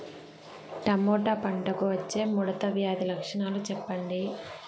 Tomato పంటకు వచ్చే ముడత వ్యాధి లక్షణాలు చెప్పండి?